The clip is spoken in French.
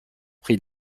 prix